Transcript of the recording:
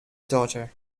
daughter